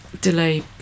delay